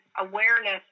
awareness